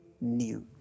new